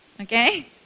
Okay